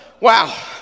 wow